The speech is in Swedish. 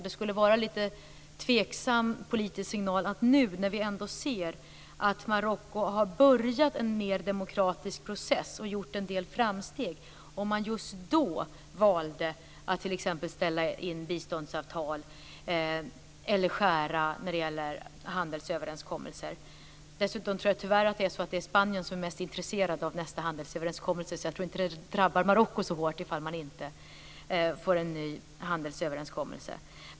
Det skulle vara en tveksam politisk signal att just nu, när vi ser att Marocko har påbörjat en mer demokratisk process och gjort en del framsteg, välja att t.ex. ställa in biståndsavtal eller skära i handelsöverenskommelser. Dessutom tror jag tyvärr att det är Spanien som är mest intresserat av nästa handelsöverenskommelse, så det drabbar nog inte Marocko så hårt om det inte blir någon ny handelsöverenskommelse.